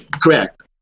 correct